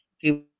People